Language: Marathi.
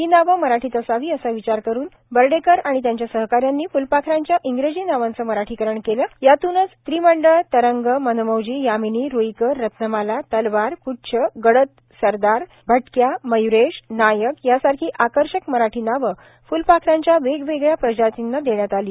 ही नावे मराठीत असावी असा विचार करून बर्डेकर आणि त्यांच्या सहकाऱ्यांनी फुलपाखरांच्या इंग्रजी मराठीकरण नावाचं यातूनचत्रिमंडळ तरंग मनमौजी यामिनी रुईकर रत्नमाला तलवार प्च्छ गडद सरदार भटक्या मय्रेश नायक यासारखी आकर्षक मराठी नावं फ्लपाखरांच्या वेगवेगळ्या प्रजातींना देण्यात आली